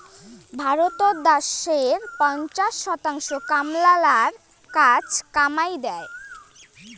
ভারতত দ্যাশের পঞ্চাশ শতাংশ কামলালার কাজ কামাই দ্যায়